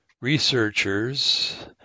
Researchers